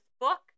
book